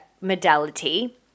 modality